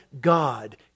God